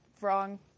wrong